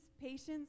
patience